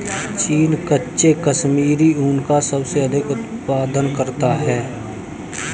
चीन कच्चे कश्मीरी ऊन का सबसे अधिक उत्पादन करता है